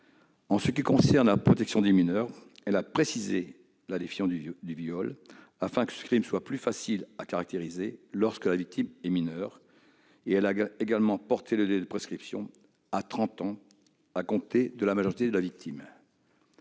En ce qui concerne la protection des mineurs, elle a précisé la définition du viol, afin que ce crime soit plus facile à caractériser lorsque la victime est mineure, et elle a également porté le délai de prescription à trente ans à compter de la majorité de la victime.